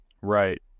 Right